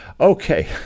Okay